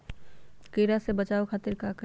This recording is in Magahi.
कीरा से बचाओ खातिर का करी?